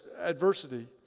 adversity